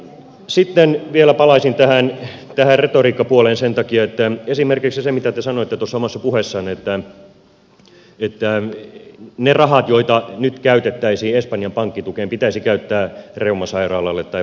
sitten vielä palaisin tähän retoriikkapuoleen sen takia että esimerkiksi se mitä te sanoitte tuossa omassa puheessanne että ne rahat joita nyt käytettäisiin espanjan pankkitukeen pitäisi käyttää reumasairaalalle tai varuskunnille